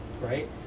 right